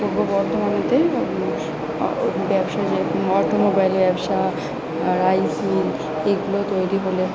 পূর্ব বর্ধমানেতে ব্যবসা যে অটোমোবাইল ব্যবসা রাইস মিল এগুলো তৈরি হলে